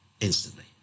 instantly